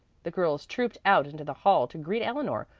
the girls trooped out into the hall to greet eleanor,